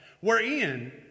wherein